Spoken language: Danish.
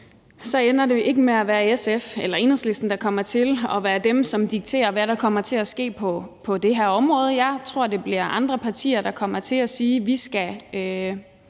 så ikke ender med at være SF eller Enhedslisten, der kommer til at være dem, som dikterer, hvad der kommer til at ske på det her område. Jeg tror, det bliver andre partier, der kommer til at sige, at vi med